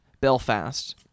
Belfast